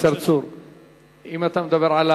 בסוף אני איאלץ לעשות דבר שאני לא רוצה.